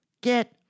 Get